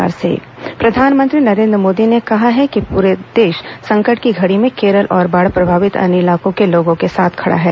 मन की बात प्रधानमंत्री नरेंद्र मोदी ने कहा है कि पूरा देश संकट की घड़ी में केरल और बाढ़ प्रभावित अन्य इलाकों के लोगों के साथ खड़ा है